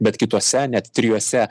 bet kituose net trijuose